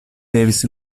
devis